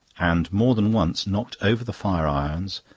and more than once knocked over the fire-irons,